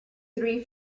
three